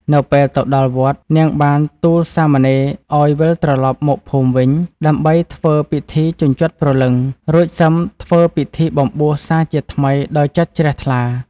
នៅពេលទៅដល់វត្ត នាងបានទូលសាមណេរឱ្យ វិលត្រឡប់មកភូមិវិញ ដើម្បីធ្វើពិធីជញ្ជាត់ព្រលឹង រួចសឹមធ្វើពិធីបំបួសសាជាថ្មីដោយចិត្តជ្រះថ្លា ។